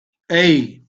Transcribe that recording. hey